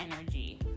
energy